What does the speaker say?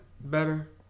better